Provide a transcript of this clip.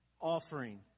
offering